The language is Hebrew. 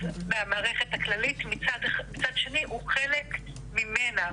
מהמערכת הכללית ומצד שני הוא חלק ממנה,